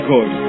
God